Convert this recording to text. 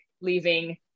leaving